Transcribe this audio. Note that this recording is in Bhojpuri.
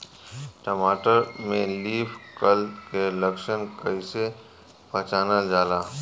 टमाटर में लीफ कल के लक्षण कइसे पहचानल जाला?